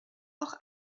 auch